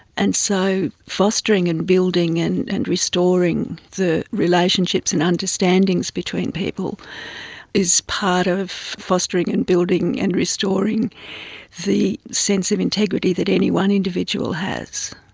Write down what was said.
and so fostering and building and and restoring the relationships and understandings between people is part of fostering and building and restoring the sense of integrity that any one individual has.